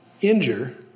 injure